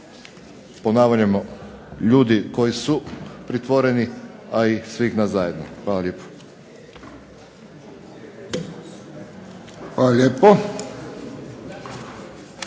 ponavljam ljudi koji su pritvoreni a i svih nas zajedno. Hvala lijepo. **Friščić,